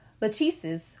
Lachesis